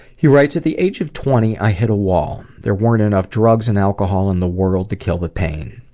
he writes casper at the age of twenty, i hit a wall. there weren't enough drugs and alcohol in the world to kill the pain.